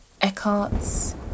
Eckhart's